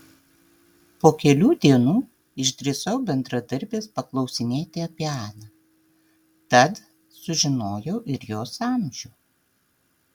po kelių dienų išdrįsau bendradarbės paklausinėti apie aną tad sužinojau ir jos amžių